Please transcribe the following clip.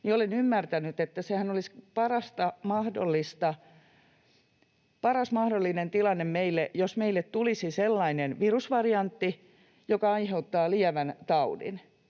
olen ymmärtänyt, että sehän olisi paras mahdollinen tilanne meille, jos meille tulisi sellainen virusvariantti, joka aiheuttaa lievän taudin.